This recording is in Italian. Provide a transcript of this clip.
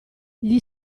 gli